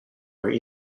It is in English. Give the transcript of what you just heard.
where